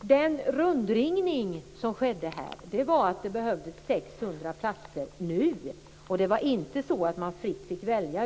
Det skedde en rundringning för att det behövdes 600 platser nu. Det var inte så att man fritt fick välja.